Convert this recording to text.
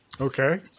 Okay